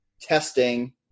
testing